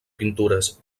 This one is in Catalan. pintures